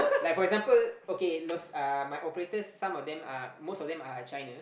like for example okay those uh my operators some of them are most of them are China